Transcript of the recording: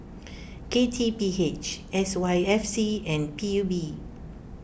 K T P H S Y F C and P U B